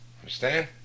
Understand